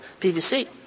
PVC